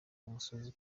imusozi